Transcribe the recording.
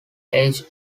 age